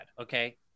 okay